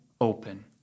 open